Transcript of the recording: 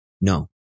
No